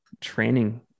training